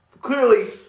clearly